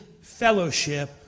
fellowship